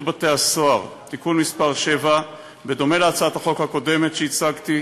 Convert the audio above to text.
בתי-הסוהר) (תיקון מס׳ 7). בדומה להצעת החוק הקודמת שהצגתי,